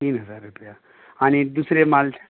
तीन हजार रुपया आनी दुसरे मालद